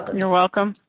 you're welcome.